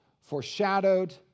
foreshadowed